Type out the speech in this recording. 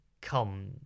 come